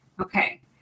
okay